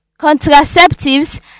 contraceptives